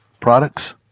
products